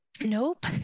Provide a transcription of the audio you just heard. Nope